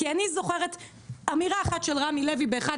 כי אני זוכרת אמירה אחת של רמי לוי באחד